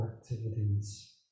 activities